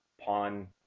Pawn